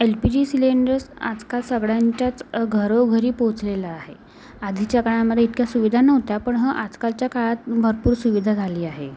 L P G cylinders आजकाल सगळ्यांच्याच घरोघरी पोहोचलेला आहे आधीच्या काळामध्ये इतक्या सुविधा नव्हत्या पण हं आजकालच्या काळात भरपूर सुविधा झाली आहे